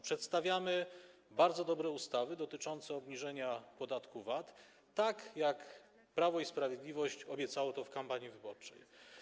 Przedstawiamy bardzo dobre ustawy dotyczące obniżenia podatku VAT, a Prawo i Sprawiedliwość obiecało to w kampanii wyborczej.